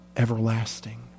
everlasting